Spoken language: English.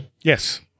Yes